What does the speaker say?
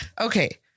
Okay